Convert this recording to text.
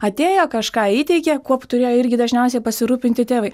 atėjo kažką įteikė kuo turėjo irgi dažniausiai pasirūpinti tėvai